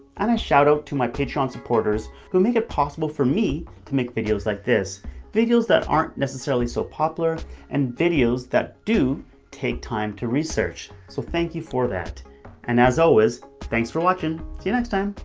and a shout out to my patreon supporters who make it possible for me to make videos like this videos that aren't necessarily so popular and videos that do take time to research, so thank you for that and as always thanks for watching! see you next time,